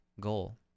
goal